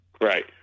Right